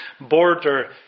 border